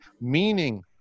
meaning